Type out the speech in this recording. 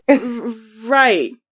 right